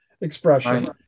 expression